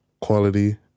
quality